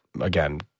again